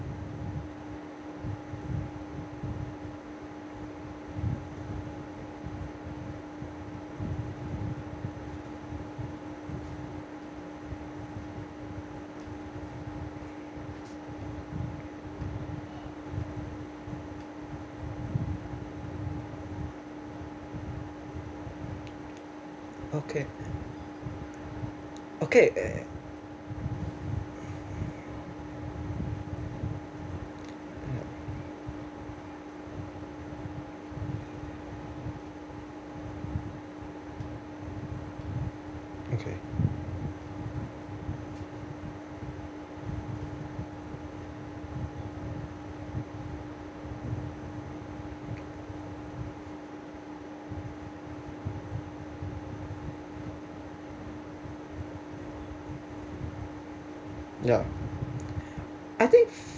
okay ya I think